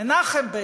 מנחם בגין,